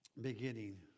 beginning